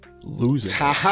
Losing